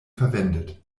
verwendet